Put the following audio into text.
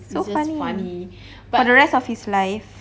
so funny for the rest of his life